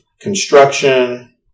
construction